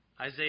Isaiah